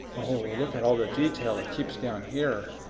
look at all the detail it keeps down here.